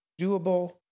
doable